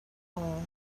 all